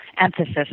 emphasis